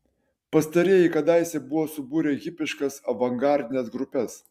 pastarieji kadaise buvo subūrę hipiškas avangardines grupes